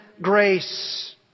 grace